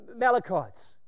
Malachites